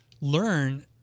learn